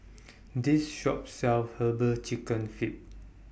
This Shop sells Herbal Chicken Feet